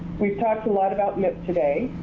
we've talked a lot about mip today,